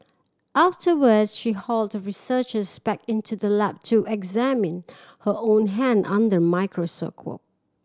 afterwards she hauled the researchers back into the lab to examine her own hand under a microscope